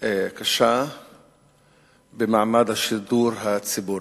קשה במעמד השידור הציבורי.